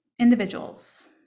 individuals